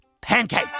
pancake